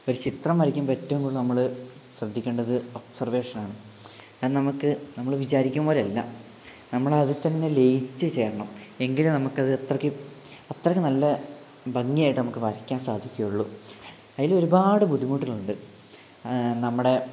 ഒരു ചിത്രം വരക്കുമ്പോ ഏറ്റവും കൂടുതൽ നമ്മള് ശ്രദ്ധിക്കേണ്ടത് ഒബ്സർവേഷൻ ആണ് അത് നമുക്ക് നമ്മൾ വിചാരിക്കും പോലെ അല്ല നമ്മൾ അതിൽതന്നെ ലയിച്ച് ചേരണം എങ്കിലേ നമുക്ക് അത് അത്രക്ക് അത്രക്ക് നല്ല ഭംഗിയായിട്ട് നമുക്ക് വരക്കാൻ സാധിക്കുള്ളൂ അതിൽ ഒരുപാട് ബുദ്ധിമുട്ടുകളുണ്ട് നമ്മുടെ